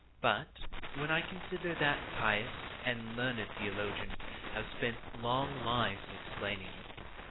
but when i consider that pious and learned theologians have spent long lives in explaining it,